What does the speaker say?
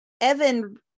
evan